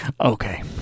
Okay